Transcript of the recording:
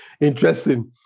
interesting